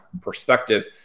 perspective